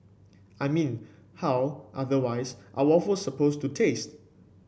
I mean how otherwise are waffle supposed to taste